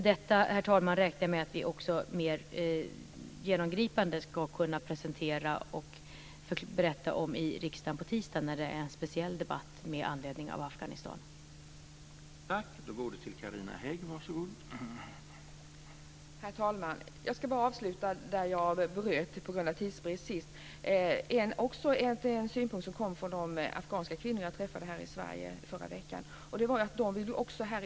Detta, herr talman, räknar jag med att vi mer genomgripande ska kunna presentera och berätta om i riksdagen på tisdagen när det är en speciell debatt med anledning av situationen i Afghanistan.